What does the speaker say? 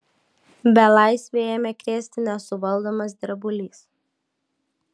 belaisvį ėmė krėsti nesuvaldomas drebulys